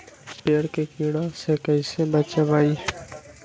पेड़ के कीड़ा से कैसे बचबई?